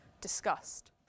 discussed